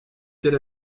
tel